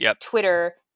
Twitter